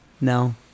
No